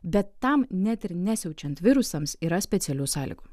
bet tam net ir ne siaučiant virusams yra specialių sąlygų